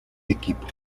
equipo